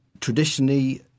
traditionally